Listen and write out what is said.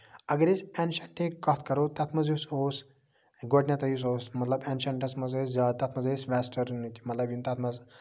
اَگر أسۍ اینشَنٹٕچ کَتھ کَرو تَتھ منٛز یُس اوس گۄڈٕنیٚتھٕے یُس اوس مطلب اینشَنٹَس منٛز ٲسۍ زیادٕ تَتھ منٛز ٲسۍ ویسٹٲرنٕکۍ مطلب یِم تَتھ منٛز